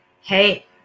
Hey